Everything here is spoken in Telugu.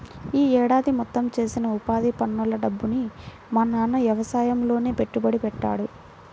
యీ ఏడాది మొత్తం చేసిన ఉపాధి పనుల డబ్బుని మా నాన్న యవసాయంలోనే పెట్టుబడి పెట్టాడు